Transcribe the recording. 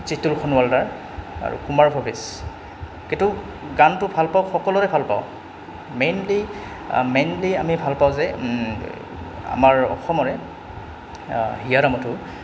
জিতুল সোণোৱালদা আৰু কুমাৰ ভৱেশ এইটো গানটো ভাল পাওঁ সকলোৰে ভাল পাওঁ মেইনলি মেইনলি আমি ভাল পাওঁ যে আমাৰ অসমৰে হিয়াৰ আমঠু